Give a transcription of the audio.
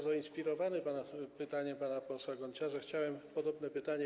Zainspirowany pytaniem pana posła Gonciarza chciałem zadać podobne pytanie.